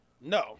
No